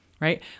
Right